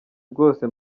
bwose